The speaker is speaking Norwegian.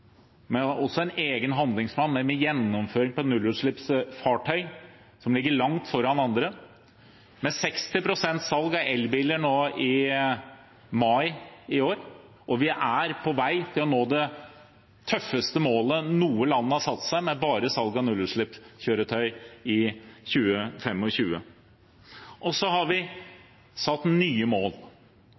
en egen handlingsplan, og med gjennomføring på nullutslippsfartøy som ligger langt foran andre, med 60 pst. salg av elbiler nå i mai i år. Vi er på vei til å nå det tøffeste målet noe land har satt seg, med salg av bare nullutslippskjøretøy i 2025. Vi har satt nye mål.